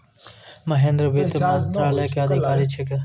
महेन्द्र वित्त मंत्रालय के अधिकारी छेकै